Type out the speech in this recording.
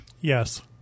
Yes